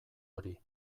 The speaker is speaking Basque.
hori